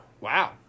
Wow